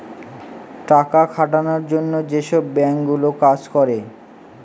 টাকা খাটানোর জন্য যেসব বাঙ্ক গুলো কাজ করে